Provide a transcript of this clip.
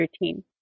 routine